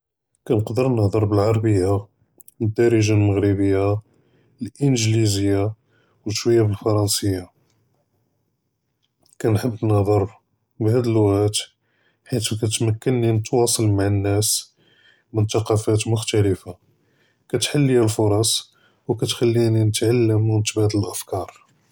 כַּאנְקַדֶּר נְהַדְר בְּעֲרַבִּיָּה, בְּדַארְג'ה מַרְכַּשִּׁיָה, אִינְגְּלִיזִי וְשׁוּיָה בְּפְּרַנְסִיָה, כַּאנְחֵב נְהַדְר בְּהַאד הַלּשׁוֹנוֹת חִית כַּתְמַכְּנִי נִתְוַאסַל מַעַ הַנָּאס מִן תַּקַּפוּת מֻכְתְּלֶפֶּה, כַּתְחַל לִיָּא אֶלְפְּרְס וְכַּתְחַלִּינִי נִתְעַלְּמ וְנִתְבַּדֵּל אֶלְאַפְכַּאר.